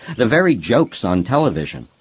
the very jokes on television,